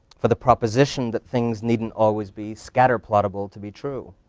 for the proposition that things needn't always be scatter plottable to be true.